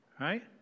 right